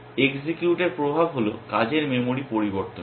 execute এর প্রভাব হল কাজের মেমরি পরিবর্তন করা